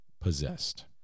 possessed